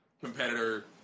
competitor